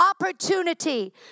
opportunity